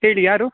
ಹೇಳಿ ಯಾರು